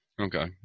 Okay